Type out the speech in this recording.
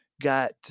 got